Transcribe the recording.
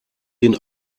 den